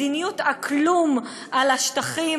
מדיניות הכלום: על השטחים,